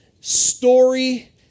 story